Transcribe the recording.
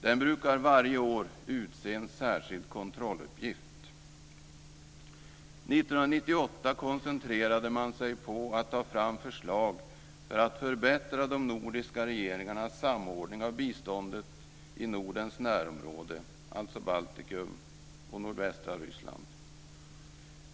Den brukar varje år utse en särskild kontrolluppgift. 1998 koncentrerade man sig på att ta fram förslag för att förbättra de nordiska regeringarnas samordning av biståndet i Nordens närområde, alltså Baltikum och nordvästra Ryssland.